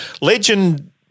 legend –